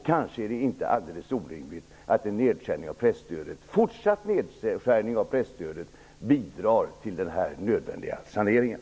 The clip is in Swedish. Kanske är det inte alldeles orimligt att en fortsatt nedskärning av presstödet bidrar till den nödvändiga saneringen.